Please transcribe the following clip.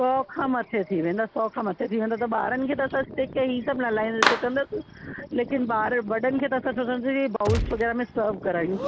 सौ खां मथे थी वेंदा सौ खां मथे थी वेंदा त ॿारनि खे त असां स्टिक ऐं ही सभु न हलाइण जो न सोचंदासीं लेकिनि ॿार वॾनि खे त असां सोचंदासीं कि बाउल्स वग़ैरह में सर्व करायूं